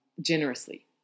generously